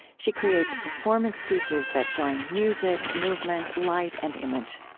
she creates performance pieces that join music, movement, light, and image.